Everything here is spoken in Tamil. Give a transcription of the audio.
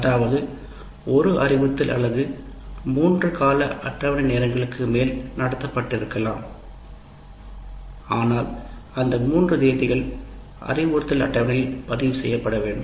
அதாவது ஒரு அறிவுறுத்தல் அலகு 3 கால அட்டவணை நேரங்களுக்கு மேல் நடத்தப்பட்டிருக்கலாம் ஆனால் அந்த மூன்று தேதிகள் அறிவுறுத்தல் அட்டவணையில் பதிவு செய்யப்பட வேண்டும்